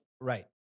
Right